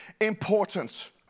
important